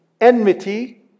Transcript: enmity